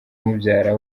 mubyara